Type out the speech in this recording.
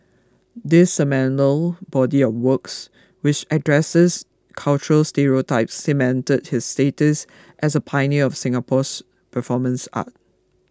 this seminal body of works which addresses cultural stereotypes cemented his status as a pioneer of Singapore's performance art